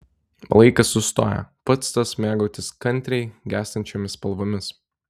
laikas sustoja pats tas mėgautis kantriai gęstančiomis spalvomis